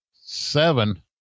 seven